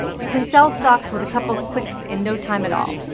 you can sell stocks with a couple of clicks in no time at all.